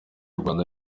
rwanda